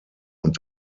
und